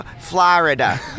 Florida